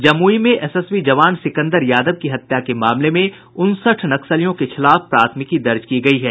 जमुई में एसएसबी जवान सिकन्दर यादव की हत्या के मामले में उनसठ नक्सलियों के खिलाफ प्राथमिकी दर्ज की गयी है